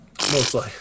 mostly